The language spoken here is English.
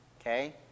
Okay